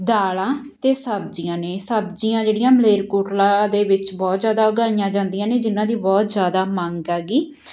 ਦਾਲਾਂ ਅਤੇ ਸਬਜ਼ੀਆਂ ਨੇ ਸਬਜ਼ੀਆਂ ਜਿਹੜੀਆਂ ਮਲੇਰਕੋਟਲਾ ਦੇ ਵਿੱਚ ਬਹੁਤ ਜ਼ਿਆਦਾ ਉਗਾਈਆਂ ਜਾਂਦੀਆਂ ਨੇ ਜਿਹਨਾਂ ਦੀ ਬਹੁਤ ਜ਼ਿਆਦਾ ਮੰਗ ਹੈਗੀ